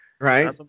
Right